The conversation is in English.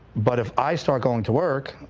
but if i start going to work,